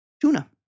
Tuna